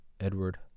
edward